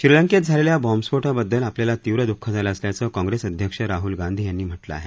श्रीलंकेत झालेल्या बॉम्बस्फोटाबददल आपल्याला तीव्र दुःख झालं असल्याचं काँग्रेस अध्यक्ष राहुल गांधी यांनी म्हटलं आहे